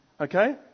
Okay